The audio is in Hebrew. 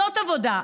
זאת עבודה.